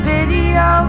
Video